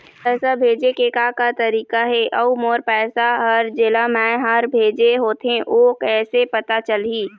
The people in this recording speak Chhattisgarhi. पैसा भेजे के का का तरीका हे अऊ मोर पैसा हर जेला मैं हर भेजे होथे ओ कैसे पता चलही?